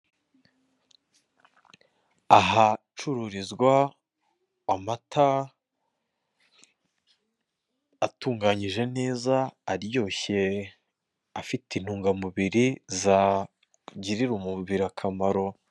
Ahacururizwa amata, atunganyije neza aryoshye, afite intungamubiri zagirira umubiri akamaro.